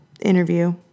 interview